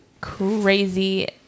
crazy